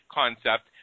concept